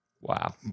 Wow